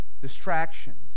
distractions